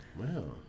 Wow